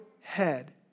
head